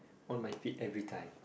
on my feet everytime